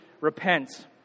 repent